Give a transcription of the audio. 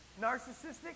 narcissistic